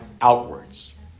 outwards